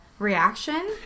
reaction